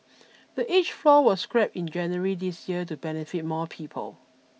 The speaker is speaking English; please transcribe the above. the age floor was scrapped in January this year to benefit more people